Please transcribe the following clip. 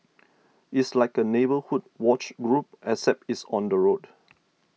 it's like a neighbourhood watch group except it's on the road